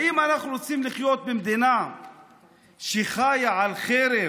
האם אנחנו רוצים לחיות במדינה שחיה על חרב